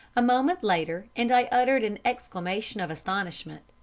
a moment later, and i uttered an exclamation of astonishment.